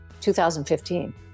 2015